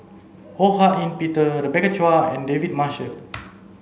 Ho Hak Ean Peter Rebecca Chua and David Marshall